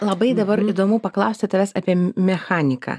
labai dabar įdomu paklausti tavęs apie mechaniką